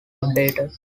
updated